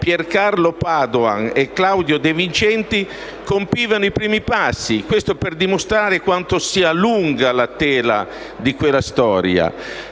Pier Carlo Padoan e Claudio De Vincenti - compivano i primi passi. Questo per dimostrare quanto sia lunga la tela di quella storia.